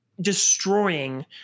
destroying